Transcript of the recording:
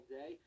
day